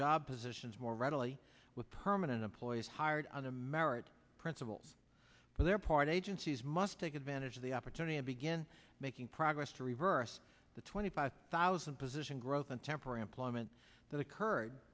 issues more readily with permanent employees hired on american principles for their part agencies must take advantage of the opportunity to begin making progress to reverse the twenty five thousand position growth in temporary employment that occurred